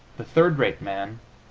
the third-rate man,